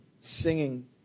singing